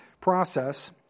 process